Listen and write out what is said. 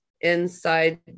inside